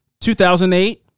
2008